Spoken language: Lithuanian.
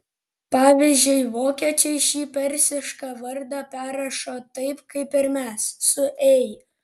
pavyzdžiui vokiečiai šį persišką vardą perrašo taip kaip ir mes su ei